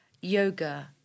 yoga